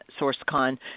SourceCon